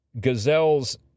gazelles